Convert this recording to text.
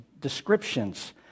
descriptions